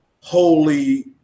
holy